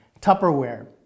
tupperware